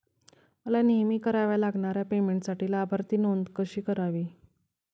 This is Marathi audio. मला नेहमी कराव्या लागणाऱ्या पेमेंटसाठी लाभार्थी नोंद कशी करावी?